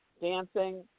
dancing